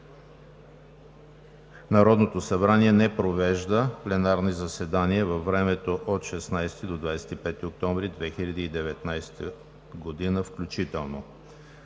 Народното събрание не провежда пленарни заседания във времето от 16 до 25 октомври 2019 г. включително.